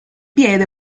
piede